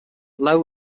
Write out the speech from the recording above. low